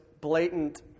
blatant